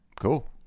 Cool